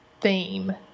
theme